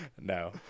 No